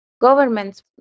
governments